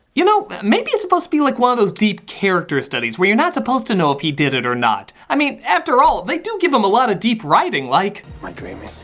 you know, maybe it's supposed to be like one of those deep character studies where you're not supposed to know if he did it or not. i mean, after all, they do give him a lot of deep writing. like. am i dreaming?